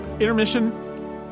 Intermission